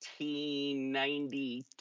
1992